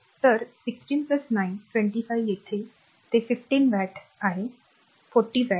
तर 16 9 25 येथे ते 15 आहे 40 वॅट